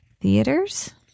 theaters